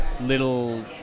little